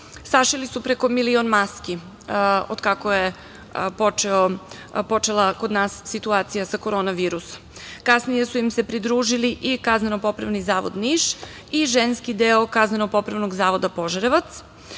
Sašili su preko milion maski od kako je počela kod nas situacija sa korona virusom. Kasnije su im se pridružili i Kazneno popravni zavod Niš i Ženski deo Kazneno popravnog zavoda Požarevac. Uprava